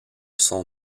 son